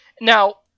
Now